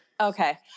Okay